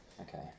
Okay